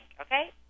okay